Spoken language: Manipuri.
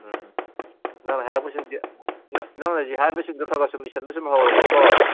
ꯎꯝ ꯅꯪꯅ ꯍꯥꯏꯔꯛꯄꯁꯤꯡꯁꯤ ꯅꯪꯅ ꯍꯧꯖꯤꯛ ꯍꯥꯏꯔꯛꯄꯁꯤꯡꯗꯣ ꯈꯒ ꯁꯨꯝ ꯏꯁꯟꯕ ꯁꯨꯝ ꯍꯧꯔꯒꯦꯀꯣ